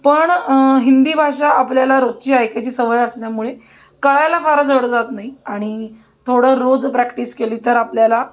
पण हिंदी भाषा आपल्याला रोजची ऐकायची सवय असल्यामुळे कळायला फार जड जात नाही आणि थोडं रोज प्रॅक्टिस केली तर आपल्याला